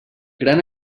gran